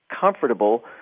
comfortable